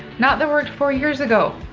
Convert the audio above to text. not that worked four years ago.